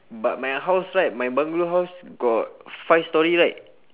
but my house right my bungalow house got five storey right